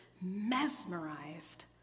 mesmerized